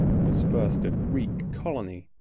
was first a greek colony,